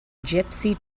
gypsy